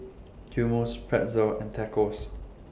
Hummus Pretzel and Tacos